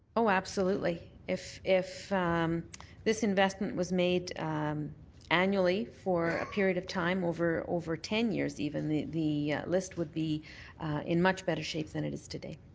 oh, absolutely. if if um this investment was made annually for a period of time over over ten years even, the the list would be in much better shape than it is today.